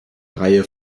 reihe